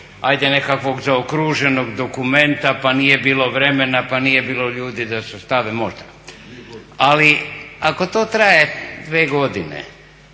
ajde nekakvog zaokruženog dokumenta pa nije bilo vremena, pa nije bilo ljudi da sastave, možda. Ali ako to traje dvije godine